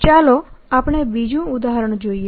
ચાલો આપણે બીજું ઉદાહરણ જોઈએ